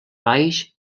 baix